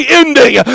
ending